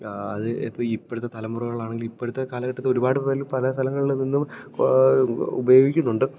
അത് ഇപ്പോഴത്തെ തലമുറകളാണെങ്കിൽ ഇപ്പോഴത്തെ കാലഘട്ടത്തിൽ ഒരുപാട് പേരിലും പല സ്ഥലങ്ങളിൽ നിന്നും ഉപയോഗിക്കുന്നുണ്ട്